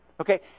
Okay